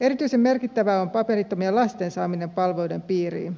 erityisen merkittävää on paperittomien lasten saaminen palveluiden piiriin